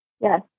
Yes